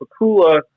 Pakula